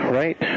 right